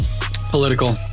political